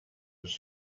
was